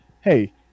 hey